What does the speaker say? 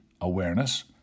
awareness